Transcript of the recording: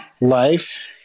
life